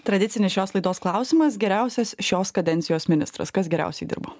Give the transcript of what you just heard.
tradicinis šios laidos klausimas geriausias šios kadencijos ministras kas geriausiai dirbo